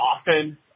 often